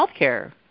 healthcare